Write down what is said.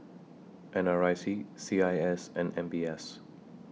N R I C C I S and M B S